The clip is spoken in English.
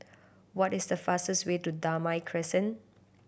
what is the fastest way to Damai Crescent